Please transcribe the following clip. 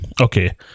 Okay